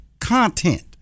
content